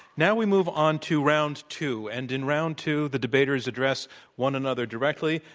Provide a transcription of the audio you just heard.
now we move on to round two. and in round two, the debaters address one another directly,